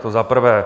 To za prvé.